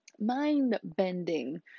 mind-bending